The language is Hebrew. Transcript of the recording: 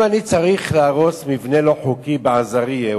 אם אני צריך להרוס מבנה לא חוקי בעזרייה,